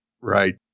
Right